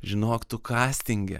žinok tu kastinge